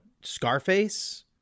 scarface